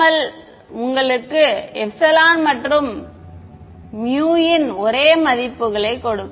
L உங்களுக்கு ε மற்றும் μ இன் ஒரே மதிப்புகளைக் கொடுக்கும்